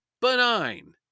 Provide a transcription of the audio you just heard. benign